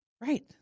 Right